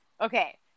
Okay